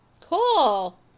Cool